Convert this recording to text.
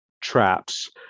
traps